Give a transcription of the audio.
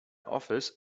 office